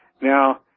Now